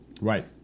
Right